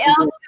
else